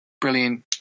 brilliant